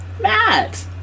Matt